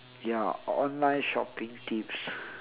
ya online shopping tips